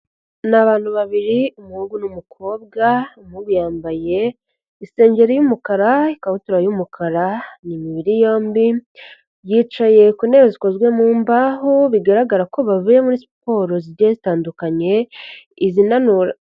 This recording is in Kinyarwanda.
Ni abantu babiri umuhungu n'umukobwa, umuhungu yambaye isengeri y'umukara, ikabutura y'umukara, ni imibiri yombi, yicaye ku ntebe zikozwe mu mbaho, bigaragara ko bavuye muri siporo zigiye zitandukanyeye, izinanura.